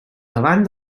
davant